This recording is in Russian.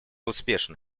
успешно